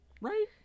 right